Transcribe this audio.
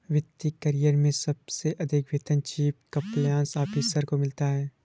वित्त करियर में सबसे अधिक वेतन चीफ कंप्लायंस ऑफिसर को मिलता है